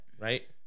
Right